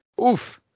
Oof